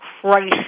crisis